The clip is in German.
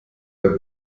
der